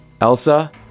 Elsa